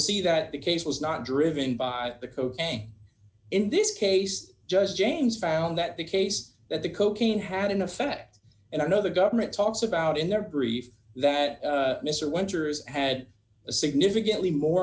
see that the case was not driven by the co in this case just james found that the case that the cocaine had an effect and i know the government talks about in their brief that mr winters had a significantly more